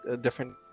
different